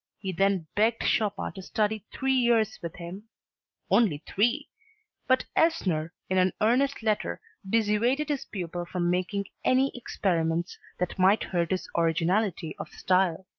he then begged chopin to study three years with him only three but elsner in an earnest letter dissuaded his pupil from making any experiments that might hurt his originality of style.